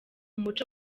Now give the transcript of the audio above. muco